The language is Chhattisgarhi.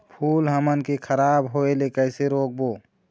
फूल हमन के खराब होए ले कैसे रोकबो?